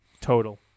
Total